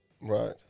Right